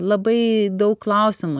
labai daug klausimų